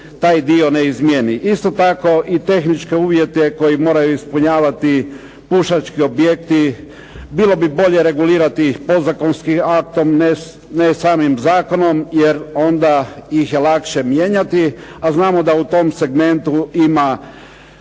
taj dio ne izmijeni. Isto tako i tehničke uvjete koji moraju ispunjavati pušački objekti, bilo bi bolje regulirati podzakonskim aktom, ne samim zakonom, jer onda ih je lakše mijenjati. A znamo da u tom segmentu ima